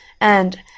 and